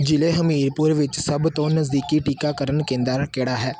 ਜ਼ਿਲ੍ਹੇ ਹਮੀਰਪੁਰ ਵਿੱਚ ਸਭ ਤੋਂ ਨਜ਼ਦੀਕੀ ਟੀਕਾਕਰਨ ਕੇਂਦਰ ਕਿਹੜਾ ਹੈ